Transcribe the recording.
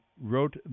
wrote